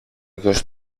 γιος